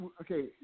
okay